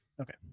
Okay